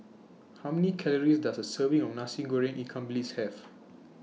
How Many Calories Does A Serving of Nasi Goreng Ikan Bilis Have